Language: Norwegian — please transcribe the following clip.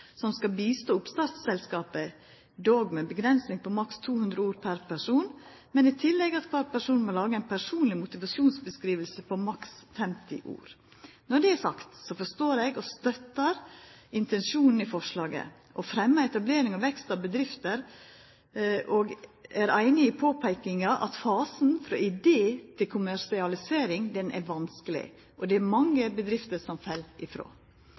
som skal hjelpa oppstartselskapa, då med ei avgrensing på maks 200 ord per person, og at kvar person i tillegg må laga ei personleg motivasjonsbeskriving på maks 50 ord. Når det er sagt, forstår eg og støttar intensjonen i forslaget – å fremja etablering og vekst av bedrifter – og eg er einig i påpeikinga om at fasen frå idé til kommersialisering er vanskeleg, og det er mange bedrifter som fell